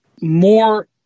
more